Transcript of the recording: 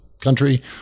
country